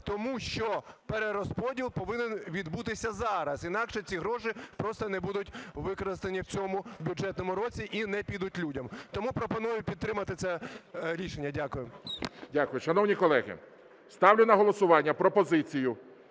Тому що перерозподіл повинен відбутися зараз, інакше ці гроші просто не будуть використані в цьому бюджетному році і не підуть людям. Тому пропоную підтримати це рішення. Дякую. ГОЛОВУЮЧИЙ. Дякую. Шановні колеги, ставлю на голосування пропозицію